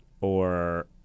or-